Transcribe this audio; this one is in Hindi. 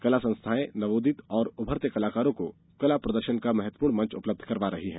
कला संस्थाएँ नवोदित और उभरते चित्रकारों को कला प्रदर्शन का महत्वपूर्ण मंच उपलब्ध करवा रही हैं